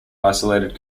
isolated